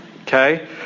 Okay